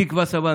תקווה סבן,